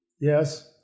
Yes